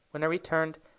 when i returned,